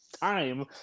time